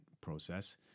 process